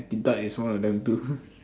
Din-Tat is one of them too